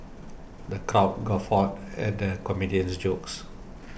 the crowd guffawed at the comedian's jokes